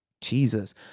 Jesus